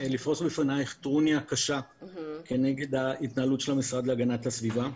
ולפרוס בפניך טרוניה קשה כנגד ההתנהלות של המשרד להגנת הסביבה.